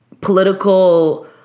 political